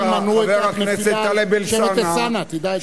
במקום להתגונן, תהליך מדיני.